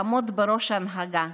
לעמוד בראש ההנהגה,